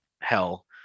hell